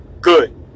good